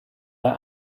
der